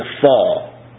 fall